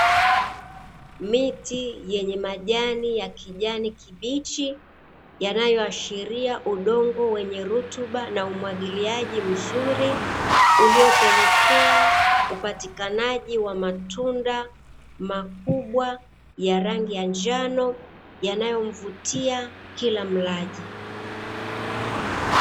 Miti yenye majani kijani kibichi yanayoashiria udongo wenye rutuba na umwagiliaji mzuri, uliopelekea upatikanaji wa matunda makubwa ya rangi ya njano yanayomvutia kila mlaji.